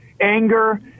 anger